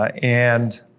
ah and